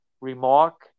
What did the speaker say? remark